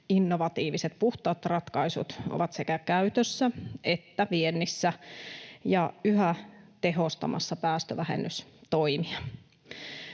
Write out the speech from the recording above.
innovatiiviset puhtaat ratkaisut ovat sekä käytössä että viennissä ja yhä tehostamassa päästövähennystoimia.